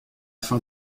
fin